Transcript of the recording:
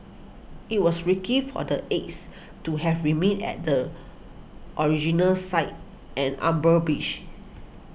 it was risky for the eggs to have remained at the original site an on burn beach